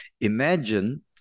imagine